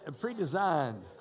pre-designed